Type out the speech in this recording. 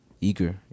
eager